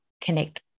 connect